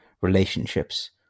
relationships